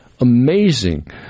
amazing